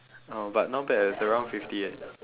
oh but not bad eh it's around fifty eight